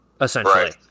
essentially